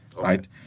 right